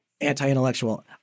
anti-intellectual